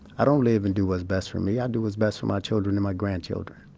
i don't live and do what's best for me. i do what's best for my children and my grandchildren.